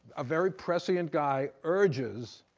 a very prescient guy, urges,